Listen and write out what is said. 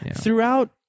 throughout